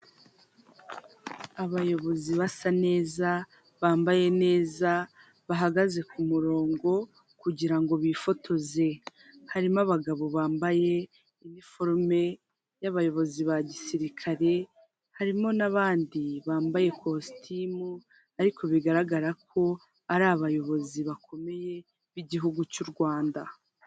Abayobozi basa neza, bambaye neza, bahagaze ku murongo kugira bifotoze, harimo abagabo bambaye iniforome y'abayobozi ba gisirikare, harimo n'abandi bambaye ikositimu ariko bigaragara ko ari abayobozi bakomeye b'igihugu cy'u Rwanda.